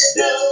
no